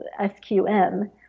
sqm